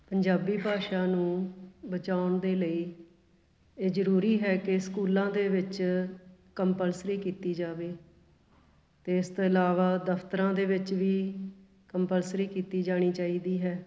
ਪੰਜਾਬੀ ਭਾਸ਼ਾ ਨੂੰ ਬਚਾਉਣ ਦੇ ਲਈ ਇਹ ਜ਼ਰੂਰੀ ਹੈ ਕਿ ਸਕੂਲਾਂ ਦੇ ਵਿੱਚ ਕੰਪਲਸਰੀ ਕੀਤੀ ਜਾਵੇ ਅਤੇ ਇਸ ਤੋਂ ਇਲਾਵਾ ਦਫਤਰਾਂ ਦੇ ਵਿੱਚ ਵੀ ਕੰਪਲਸਰੀ ਕੀਤੀ ਜਾਣੀ ਚਾਹੀਦੀ ਹੈ